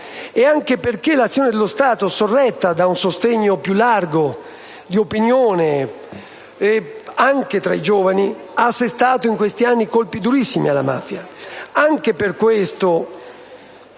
forti perché l'azione dello Stato, sorretta da un sostegno più largo di opinione anche tra i giovani, ha assestato in questi anni colpi durissimi alla mafia.